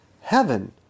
heaven